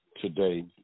today